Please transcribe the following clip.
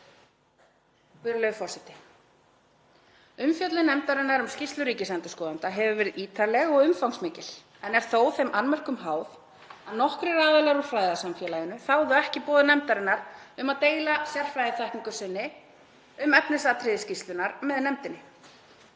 Umfjöllun nefndarinnar um skýrslu ríkisendurskoðanda hefur verið ítarleg og umfangsmikil en er þó þeim annmörkum háð að nokkrir aðilar úr fræðasamfélaginu þáðu ekki boð nefndarinnar um að deila sérfræðiþekkingu sinni um efnisatriði skýrslunnar með nefndinni.